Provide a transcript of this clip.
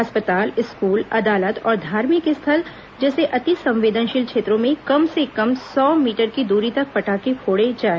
अस्पताल स्कूल अदालत और धार्मिक स्थल जैसे अंतिसंवेदनशील क्षेत्रों में कम से कम सौ मीटर की दूरी तक पटाखे न फोड़े जाए